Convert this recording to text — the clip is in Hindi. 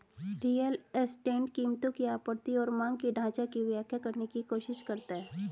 रियल एस्टेट कीमतों की आपूर्ति और मांग के ढाँचा की व्याख्या करने की कोशिश करता है